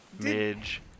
Midge